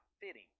fitting